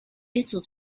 little